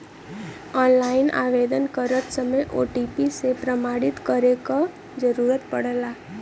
online आवेदन करत समय ओ.टी.पी से प्रमाणित करे क जरुरत पड़ला